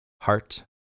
heart